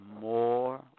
more